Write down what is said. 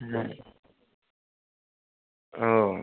হুম ও